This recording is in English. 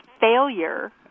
failure